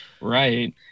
Right